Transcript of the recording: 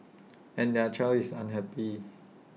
and their child is unhappy